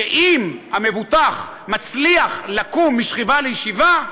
שאם המבוטח מצליח לקום משכיבה לישיבה,